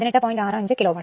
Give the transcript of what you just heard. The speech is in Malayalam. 65 കിലോവാട്ട് ആണ്